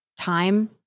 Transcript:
time